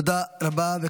תודה רבה.